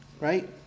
right